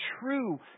true